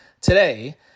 today